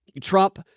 Trump